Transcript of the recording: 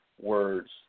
words